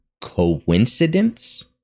coincidence